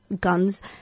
guns